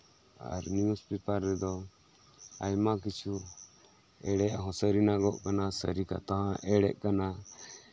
ᱟᱨ newspaper ᱨᱮᱫᱚ ᱟᱭᱢᱟ ᱠᱤᱪᱷᱩ ᱮᱲᱮᱱᱟᱜ ᱦᱚᱸ ᱥᱟᱹᱨᱤᱱᱟᱜᱚᱜ ᱠᱟᱱᱟ ᱥᱟᱹᱨᱤ ᱠᱟᱛᱷᱟ ᱦᱚᱸ ᱮᱲᱮᱜ ᱠᱟᱱᱟ